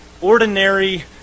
ordinary